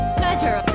pleasure